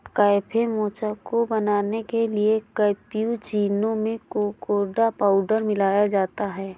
cafe mocha को बनाने के लिए कैप्युचीनो में कोकोडा पाउडर मिलाया जाता है